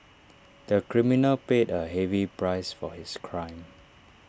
the criminal paid A heavy price for his crime